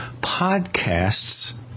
podcasts